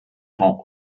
rend